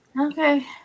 Okay